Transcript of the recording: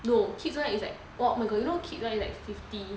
no kids [one] is like !wah! you know kids [one] is like fifty